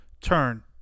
turn